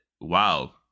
wow